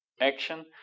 action